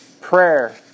Prayer